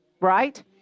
right